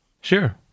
Sure